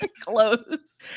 close